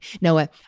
Noah